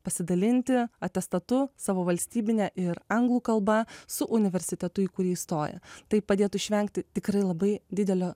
pasidalinti atestatu savo valstybine ir anglų kalba su universitetu į kurį stoja tai padėtų išvengti tikrai labai didelio